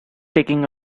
taking